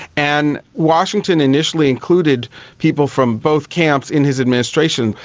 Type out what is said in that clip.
and washington initially included people from both camps in his administration,